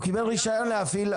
הוא קיבל רישיון להפעיל.